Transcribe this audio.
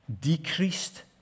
decreased